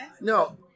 No